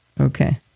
Okay